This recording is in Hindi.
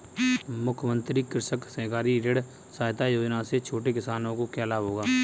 मुख्यमंत्री कृषक सहकारी ऋण सहायता योजना से छोटे किसानों को क्या लाभ होगा?